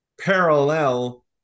parallel